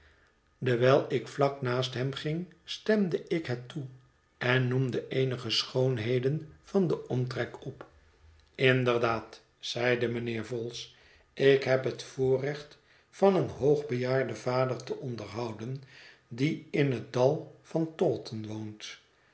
dewijl ik vlak naast hem ging stemde ik het toe en noemde eenige schoonheden van den omtrek op inderdaad zeide mijnheer vholes ik heb het voorrecht van een hoogbejaarden vader te onderhouden die in het dal van taunton woont